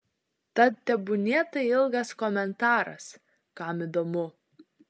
tad tebūnie tai ilgas komentaras kam įdomu